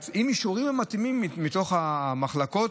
עם האישורים המתאימים מתוך המחלקות.